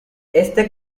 este